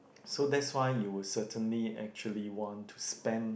so that's why you would certainly actually want to spend